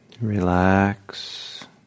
relax